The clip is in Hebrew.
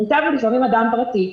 מוטב הוא לפעמים אדם פרטי,